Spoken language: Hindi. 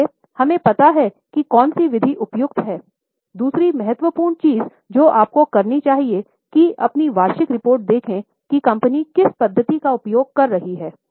इसलिए हमें पता है कि कौन सी विधि उपयुक्त है दूसरी महत्वपूर्ण चीज जो आपको करनी चाहिए कि अपनी वार्षिक रिपोर्ट देखें कि कंपनी किस पद्धति का उपयोग कर रही है